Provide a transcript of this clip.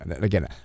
again